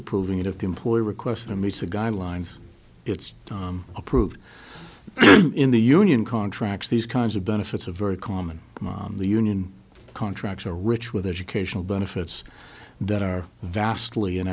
disapproving of the employer request that meets the guidelines it's approved in the union contracts these kinds of benefits are very common on the union contracts are rich with educational benefits that are vastly in